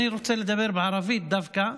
אני רוצה לדבר בערבית דווקא,